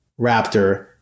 Raptor